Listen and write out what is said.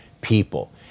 people